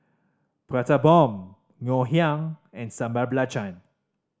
Prata Bomb Ngoh Hiang and Sambal Belacan